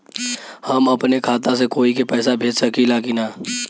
हम अपने खाता से कोई के पैसा भेज सकी ला की ना?